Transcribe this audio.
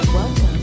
Welcome